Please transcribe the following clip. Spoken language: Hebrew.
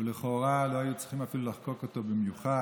ולכאורה לא היו צריכים אפילו לחוקק אותו במיוחד,